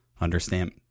understand